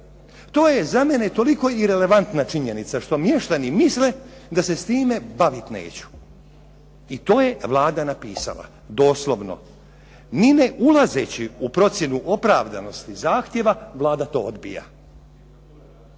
To je za mene toliko irelevantna činjenica što mještani misle da se s time baviti neću. I to je Vlada napisala doslovno ni ne ulazeći u procjenu opravdanosti zahtjeva, Vlada to odbija.